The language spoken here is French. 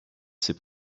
ses